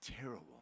terrible